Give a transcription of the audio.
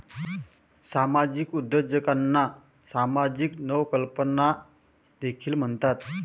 सामाजिक उद्योजकांना सामाजिक नवकल्पना देखील म्हणतात